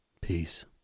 Peace